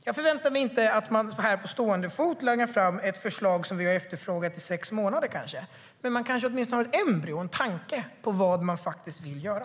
Jag förväntar mig inte att man här på stående fot langar fram ett förslag som vi har efterfrågat i sex månader. Men det kanske åtminstone finns ett embryo, en tanke om vad man faktiskt vill göra.